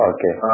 Okay